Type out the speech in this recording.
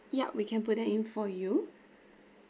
yup we can put that in for you